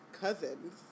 cousins